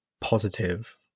positive